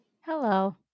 Hello